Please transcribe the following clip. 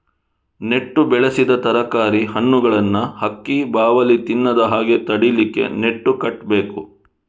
ನೆಟ್ಟು ಬೆಳೆಸಿದ ತರಕಾರಿ, ಹಣ್ಣುಗಳನ್ನ ಹಕ್ಕಿ, ಬಾವಲಿ ತಿನ್ನದ ಹಾಗೆ ತಡೀಲಿಕ್ಕೆ ನೆಟ್ಟು ಕಟ್ಬೇಕು